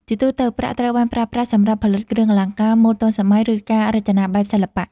ជាទូទៅ ប្រាក់ត្រូវបានប្រើប្រាស់សម្រាប់ផលិតគ្រឿងអលង្ការម៉ូដទាន់សម័យ ឬការរចនាបែបសិល្បៈ។